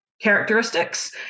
characteristics